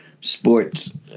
sports